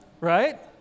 Right